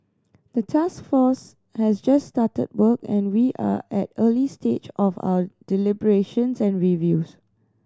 the task force has just started work and we are at early stage of our deliberations and reviews